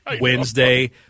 Wednesday